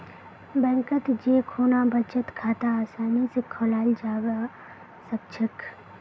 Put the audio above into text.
बैंकत जै खुना बचत खाता आसानी स खोलाल जाबा सखछेक